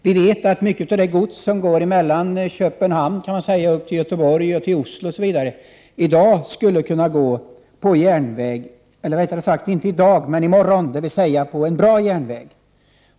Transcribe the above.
Vi vet att mycket av det gods som fraktas från Köpenhamn till Göteborg, Oslo osv. inte i dag men i morgon skulle kunna gå på järnväg, dvs. på en bra järnväg.